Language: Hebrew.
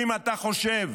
אם אתה חושב,